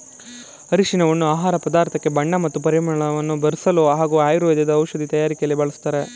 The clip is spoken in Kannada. ಅರಿಶಿನವನ್ನು ಆಹಾರ ಪದಾರ್ಥಕ್ಕೆ ಬಣ್ಣ ಮತ್ತು ಪರಿಮಳ ಬರ್ಸಲು ಹಾಗೂ ಆಯುರ್ವೇದ ಔಷಧಿ ತಯಾರಕೆಲಿ ಬಳಸ್ತಾರೆ